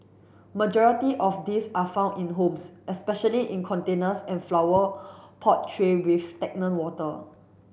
majority of these are found in the homes especially in containers and flower pot tray with stagnant water